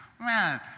man